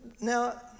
Now